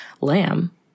Lamb